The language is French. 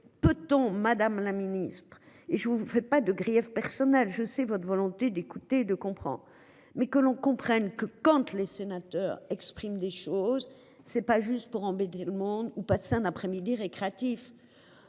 peut-on Madame la Ministre et je vous fais pas de griefs personnel je sais votre volonté d'écouter de comprends mais que l'on comprenne que compte les sénateurs expriment des choses c'est pas juste pour embêter le monde où passer un après-midi récréatif.